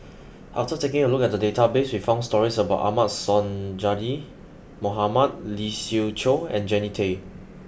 after taking a look at the database we found stories about Ahmad Sonhadji Mohamad Lee Siew Choh and Jannie Tay